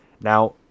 Now